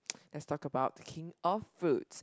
let's talk about king of fruits